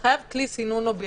חייבים כלי סינון אובייקטיבי.